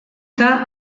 eta